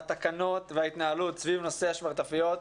התקנות וההתנהלות סביב נושא השמרטפיות,